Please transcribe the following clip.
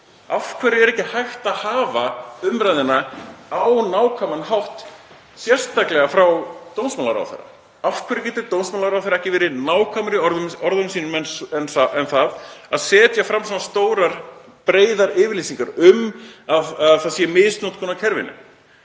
Af hverju er ekki hægt að hafa umræðuna á nákvæman hátt, sérstaklega frá dómsmálaráðherra? Af hverju getur dómsmálaráðherra ekki verið nákvæmari í orðum sínum en það að setja fram svona stórar, breiðar yfirlýsingar um að það sé misnotkun á kerfinu?